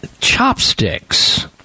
chopsticks